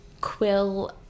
quill